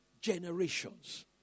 generations